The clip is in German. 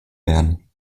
werden